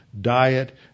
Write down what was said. diet